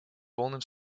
полным